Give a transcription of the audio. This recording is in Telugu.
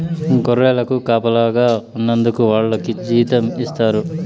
గొర్రెలకు కాపలాగా ఉన్నందుకు వాళ్లకి జీతం ఇస్తారు